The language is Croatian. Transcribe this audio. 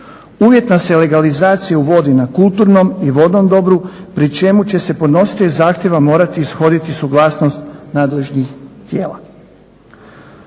Uvjetna se legalizacija uvodi na kulturnom i vodnom dobru pri čemu će se podnositelj zakona morati ishoditi suglasnost nadležnih tijela.